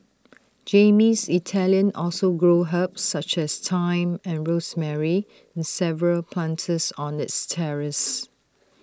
Jamie's Italian also grows herbs such as thyme and rosemary in Seven planters on its terrace